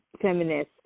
feminist